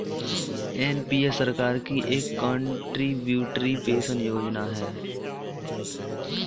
NPS सरकार की एक कंट्रीब्यूटरी पेंशन योजना है